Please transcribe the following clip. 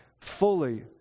fully